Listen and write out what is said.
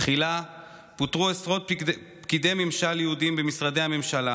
תחילה פוטרו עשרות פקידי ממשל יהודים במשרדי הממשלה.